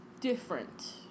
different